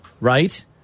right